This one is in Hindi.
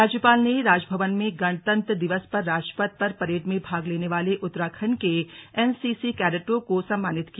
राज्यपाल ने राजभवन में गणतंत्र दिवस पर राजपथ पर परेड में भाग लेने वाले उत्तराखण्ड के एनसीसी कैडटों को सम्मानित किया